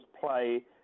play